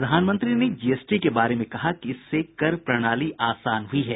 प्रधानमंत्री ने जीएसटी के बारे में कहा कि इससे कर प्रणाली आसान हुई है